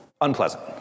unpleasant